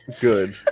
Good